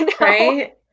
Right